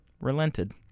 relented